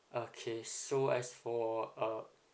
okay so as for uh